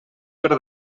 per